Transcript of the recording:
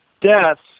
deaths